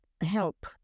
help